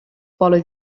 follow